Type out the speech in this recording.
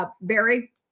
Barry